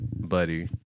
buddy